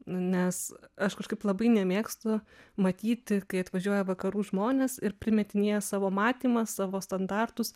nu nes aš kažkaip labai nemėgstu matyti kai atvažiuoja vakarų žmonės ir primetinėja savo matymą savo standartus